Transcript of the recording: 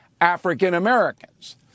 African-Americans